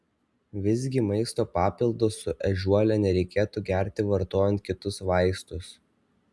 visgi maisto papildus su ežiuole nereikėtų gerti vartojant kitus vaistus